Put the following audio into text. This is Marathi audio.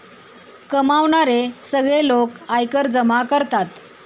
कमावणारे सगळे लोक आयकर जमा करतात